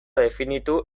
definitu